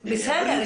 בסדר.